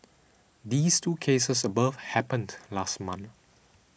these two cases above happened last month